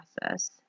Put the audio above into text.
process